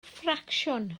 ffracsiwn